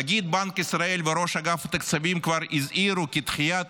נגיד בנק ישראל וראש אגף התקציבים כבר הזהירו כי דחיית